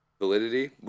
validity